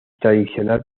tradicional